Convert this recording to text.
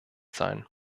sein